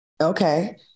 Okay